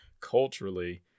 Culturally